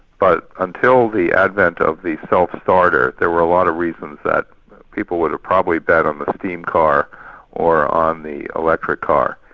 but until the advent of the self-starter, there were a lot of reasons that people would have probably bet on the steam car or on the electric car.